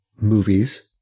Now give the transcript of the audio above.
movies